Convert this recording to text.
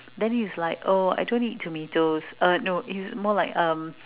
then he's like oh I don't eat tomatoes uh no is more like um